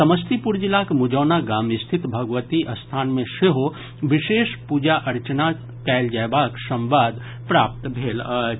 समस्तीपुर जिलाक मुजौना गाम स्थित भगवती स्थान मे सेहो विशेष पूजा अर्चना कयल जयबाक संवाद प्राप्त भेल अछि